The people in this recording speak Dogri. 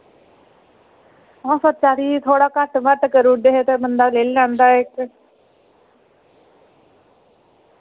अ'ऊं सोचा दी ही थोह्ड़ा घट बट्ट करू ओड़दे हे ते बंदा लेई लैंदा इक